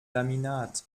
laminat